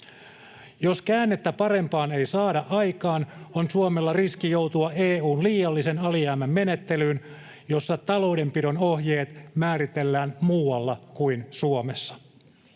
Jos käännettä parempaan ei saada aikaan, on Suomella riski joutua EU:n liiallisen alijäämän menettelyyn, jossa taloudenpidon ohjeet määritellään muualla kuin Suomessa.